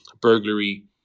burglary